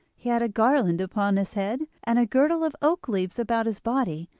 he had a garland upon his head, and a girdle of oak-leaves about his body,